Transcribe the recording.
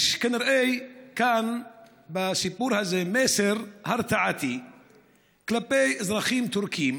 יש כנראה בסיפור הזה מסר הרתעתי כלפי אזרחים טורקים